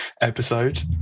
episode